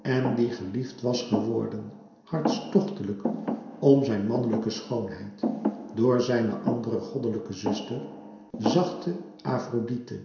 en die geliefd was geworden hartstochtelijk om zijn mannelijke schoonheid door zijne andere goddelijke zuster zachte afrodite